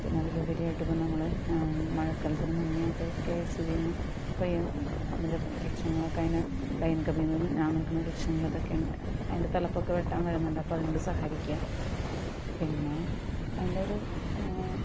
പിന്നെ അതിലുപരിയായിട്ട് ഇപ്പം നമ്മള് മഴക്കാലത്തിന് മുന്നെയായിട്ട് കെ എസ് ഇ ബീ യിൽ നിന്ന് ഇപ്പം ഈ വൃ വൃക്ഷങ്ങളൊക്കെ അതിനു ലൈൻ കമ്പി ഞാന്നുകിടക്കുന്ന വൃക്ഷങ്ങൾ അതൊക്കെയുണ്ടേൽ അതിൻ്റെ തലപ്പൊക്കെ വെട്ടാൻ വരുന്നുണ്ട് അപ്പോൾ അതിനോട് സഹകരിക്കുക പിന്നെ അതിറ്റൊരു